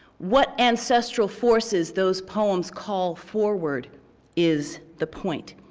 what ancestral forces those poems call forward is the point.